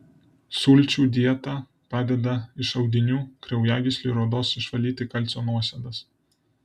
sulčių dieta padeda iš audinių kraujagyslių ir odos išvalyti kalcio nuosėdas